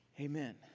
Amen